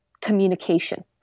communication